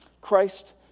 Christ